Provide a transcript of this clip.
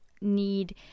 need